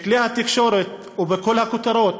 בכלי התקשורת ובכל הכותרות,